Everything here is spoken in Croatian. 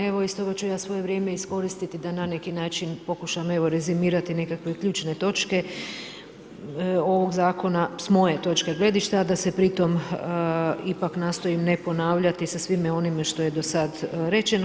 Evo stoga ću ja svoje vrijeme iskoristiti da na neki način pokušam evo rezimirati nekakve ključne točke ovoga Zakona s moje točke gledišta, a da se pritom ipak nastojim ne ponavljati sa svime onime što je do sada rečeno.